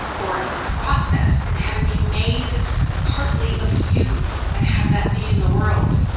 or a process, and have it be made partly of you and have that be in the world.